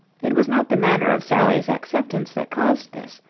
it was not the manner of sally's acceptance that caused this.